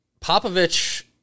Popovich